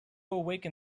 awaken